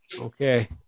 Okay